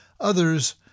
others